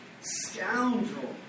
scoundrel